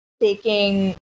taking